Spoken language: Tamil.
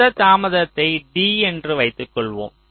மொத்த தாமதத்தை D என்று வைத்துக் கொள்வோம்